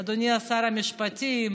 אדוני שר המשפטים,